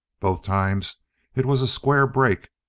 both times it was a square break.